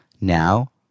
Now